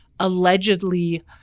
allegedly